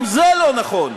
גם זה לא נכון.